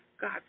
God